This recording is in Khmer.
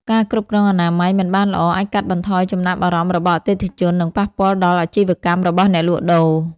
ការគ្រប់គ្រងអនាម័យមិនបានល្អអាចកាត់បន្ថយចំណាប់អារម្មណ៍របស់អតិថិជន និងប៉ះពាល់ដល់អាជីវកម្មរបស់អ្នកលក់ដូរ។